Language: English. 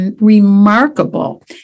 remarkable